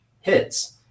hits